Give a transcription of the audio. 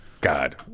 God